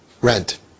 rent